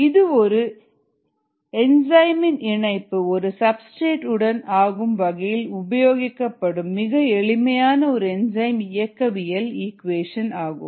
இது ஒரு என்ஜாய்மின் இணைப்பு ஒரு சப்ஸ்டிரேட் உடன் ஆகும் வகையில் உபயோகிக்கப்படும் மிக எளிமையான ஒரு என்சைம் இயக்கவியல் ஈக்குவேஷன் ஆகும்